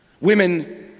women